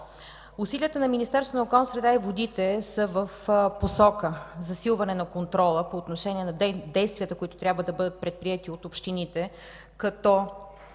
Усилията на Министерството на околната среда и водите са в посока засилване на контрола по отношение на действията, които трябва да бъдат предприети от общините.